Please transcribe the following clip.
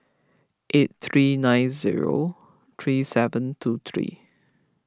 eight three nine zero three seven two three